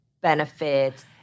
benefits